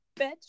bitch